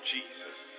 Jesus